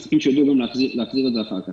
לעסקים שידעו גם להחזיר את זה אחר כך,